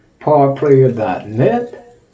Parplayer.net